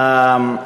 האמת,